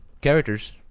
characters